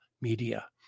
media